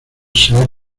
ser